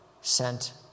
sent